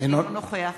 אינו נוכח